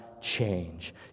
change